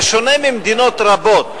בשונה ממדינות רבות,